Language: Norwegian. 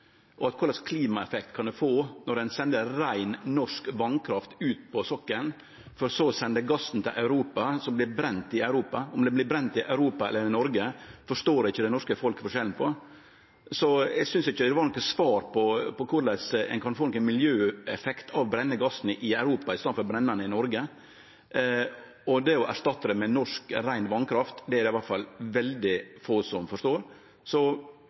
og kva for klimaeffekt ein kan få når ein sender rein norsk vasskraft ut på sokkelen, for så å sende gassen til Europa, som så blir brent i Europa. Om gassen vert brent i Europa eller i Noreg, forstår ikkje det norske folk forskjellen på. Så eg synest ikkje det var noko svar på korleis ein kan få ein miljøeffekt av å brenne gassen i Europa i staden for å brenne han i Noreg, og det å erstatte det med norsk rein vasskraft er det iallfall veldig få som forstår. Så